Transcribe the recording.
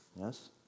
Yes